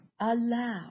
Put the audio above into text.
allow